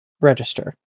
register